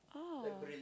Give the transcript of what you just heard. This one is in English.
ah